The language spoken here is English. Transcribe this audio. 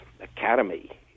Academy